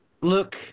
look